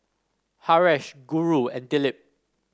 Haresh Guru and Dilip